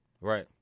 right